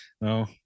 no